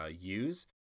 use